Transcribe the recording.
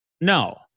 no